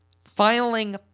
filing